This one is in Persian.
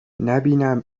نبینم